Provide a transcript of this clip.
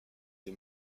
des